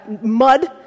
mud